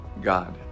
God